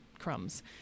crumbs